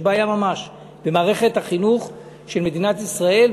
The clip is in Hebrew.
יש בעיה ממש במערכת החינוך של מדינת ישראל,